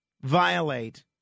violate